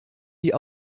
die